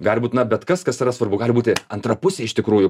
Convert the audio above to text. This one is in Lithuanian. gali būt na bet kas kas yra svarbu gali būti antra pusė iš tikrųjų